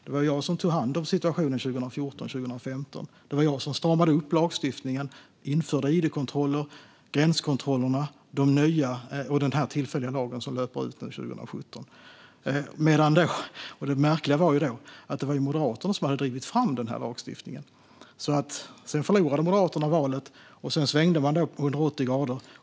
Det var jag som tog hand om situationen 2014 och 2015. Det var jag som stramade upp lagstiftningen och införde id-kontrollerna, gränskontrollerna och den tillfälliga lagen, som löper ut nu. Det märkliga var att det var Moderaterna som hade drivit fram den här lagstiftningen. Sedan förlorade Moderaterna valet, och då svängde man 180 grader.